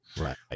Right